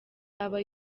aba